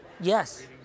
yes